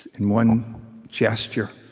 in one gesture,